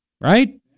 Right